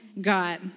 God